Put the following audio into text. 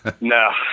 No